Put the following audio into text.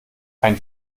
einen